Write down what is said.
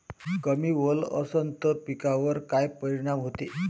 कमी ओल असनं त पिकावर काय परिनाम होते?